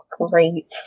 Great